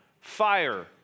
fire